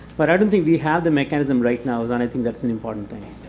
but i don't think we have the mechanism right now, and i think that's the important thing.